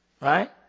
Right